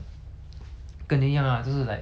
小时候经过那种